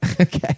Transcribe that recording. Okay